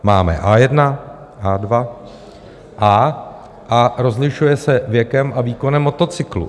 Máme H1, H2 a rozlišuje se věkem a výkonem motocyklu.